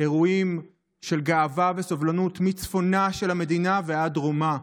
אירועים של גאווה וסובלנות מצפונה של המדינה ועד דרומה.